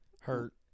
hurt